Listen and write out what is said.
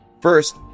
First